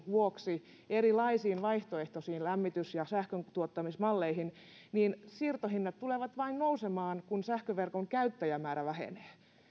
vuoksi erilaisiin vaihtoehtoisiin lämmitys ja sähköntuottamismalleihin niin siirtohinnat tulevat vain nousemaan kun sähköverkon käyttäjämäärä vähenee